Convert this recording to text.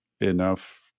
enough